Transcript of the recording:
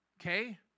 Okay